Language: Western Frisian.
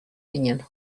dien